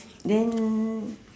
then